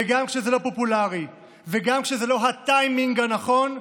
גם כשזה לא פופולרי, גם כשזה לא הטיימינג הנכון,